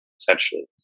essentially